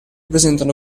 presentano